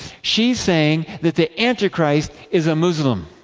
she is saying that the antichrist is a muslim.